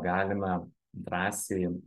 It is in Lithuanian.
galime drąsiai